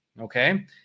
Okay